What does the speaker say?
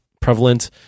prevalent